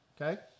okay